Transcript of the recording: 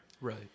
Right